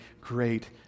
great